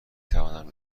توانم